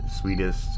sweetest